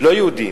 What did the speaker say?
לא יהודים,